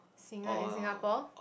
single in Singapore